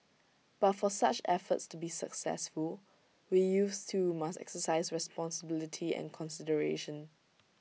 but for such efforts to be successful we youths too must exercise responsibility and consideration